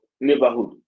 neighborhood